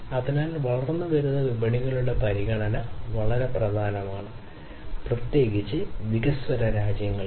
അതിനാൽ വളർന്നുവരുന്ന വിപണികളുടെ പരിഗണന വളരെ പ്രധാനമാണ് പ്രത്യേകിച്ച് വികസ്വര രാജ്യങ്ങൾക്ക്